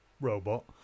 robot